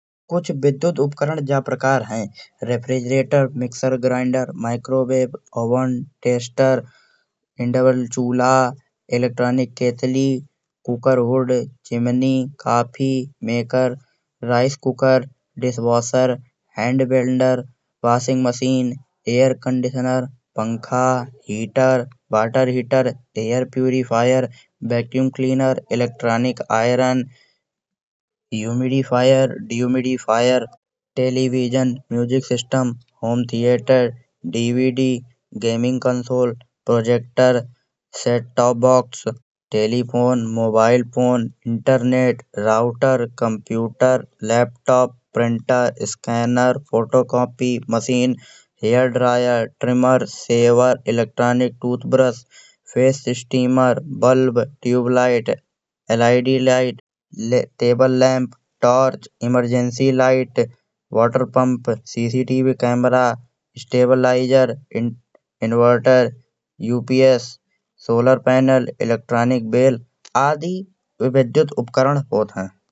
कुछ विद्युत उपकरण जा प्रकार है। Refrigerator, mixer grinder, microwave, oven, toaster, induction चुल्हा, इलेक्ट्रॉनिक केतली, cooker hood, chimney, coffee maker, rice cooker. Dishwasher, hand grinder, washing machine, air conditioner, पंखा, heater, water heater, air purifier, vacuum cleaner, electronic iron.. Humidifier, dehumidifier, television, music system, home theatre, DVD, gaming console, projector, set up box, telephone. Mobile phone, internet, router, computer, laptop, printer, scanner, photocopy machine, hair dryer, trimmer, electronic tooth brush, steamer, bulb. Tube light, LED light, table lamp, torch, emergency light, water pump, CCTV camera, stabiliser, inverter, UPS, solar panel. Electronic bell आदि विद्युत उपकरण होत है।